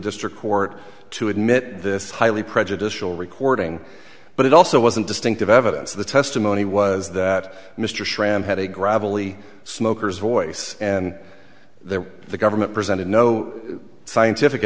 district court to admit this highly prejudicial recording but it also wasn't distinctive evidence the testimony was that mr schram had a gravelly smokers voice and there the government presented no scientific